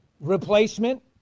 replacement